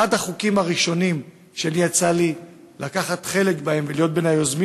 אחד החוקים הראשונים שיצא לי לקחת חלק בהם ולהיות בין היוזמים